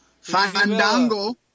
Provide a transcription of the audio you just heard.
Fandango